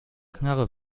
knarre